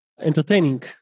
entertaining